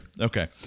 Okay